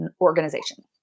organization